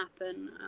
happen